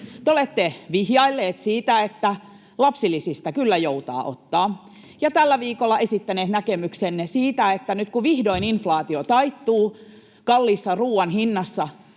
Te olette vihjailleet siitä, että lapsilisistä kyllä joutaa ottaa, ja tällä viikolla esittäneet näkemyksenne siitä, että nyt kun vihdoin inflaatio taittuu kalliissa ruuan hinnassa,